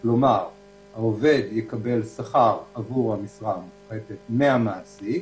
כלומר העובד יקבל שכר עבור המשרה המופחתת מהמעסיק,